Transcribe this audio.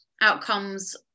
outcomes